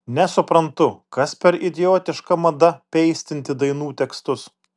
nesuprantu kas per idiotiška mada peistinti dainų tekstus